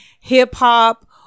hip-hop